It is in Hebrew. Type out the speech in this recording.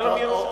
שלום ירושלמי.